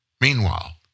Meanwhile